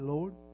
Lord